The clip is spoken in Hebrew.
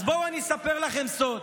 אז בואו, אני אספר לכם סוד,